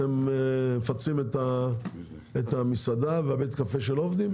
אתם מפצים את המסעדה ובית הקפה שלא עובדים?